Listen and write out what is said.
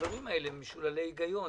והדברים האלה משוללי היגיון.